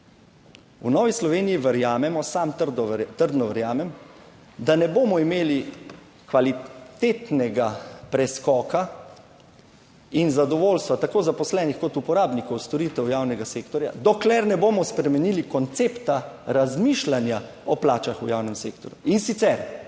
V Novi Sloveniji verjamemo, sam trdno verjamem, da ne bomo imeli kvalitetnega preskoka in zadovoljstva tako zaposlenih kot uporabnikov storitev javnega sektorja, dokler ne bomo spremenili koncepta razmišljanja o plačah v javnem sektorju. In sicer